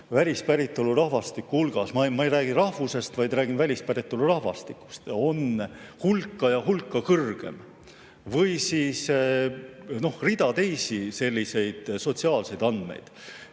välispäritolu rahvastiku hulgas – ma ei räägi rahvusest, vaid räägin välispäritolu rahvastikust – on hulga suurem. Või rida teisi selliseid sotsiaalseid andmeid,